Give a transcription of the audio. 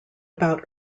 about